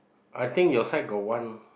I think your side got one